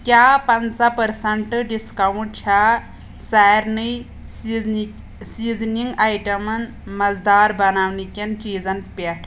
کیٛاہ پنژہ percent discount چھا سارنٕے سیٖزنِک سیٖزنِگ آیٹمن مزٕدار بناونکٮ۪ن چیٖزن پٮ۪ٹھ